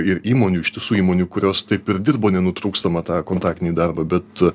ir įmonių iš tiesų įmonių kurios taip ir dirbo nenutrūkstamą tą kontaktinį darbą bet